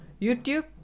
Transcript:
YouTube